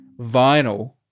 Vinyl